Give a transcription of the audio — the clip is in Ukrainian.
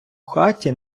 хаті